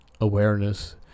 awareness